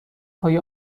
های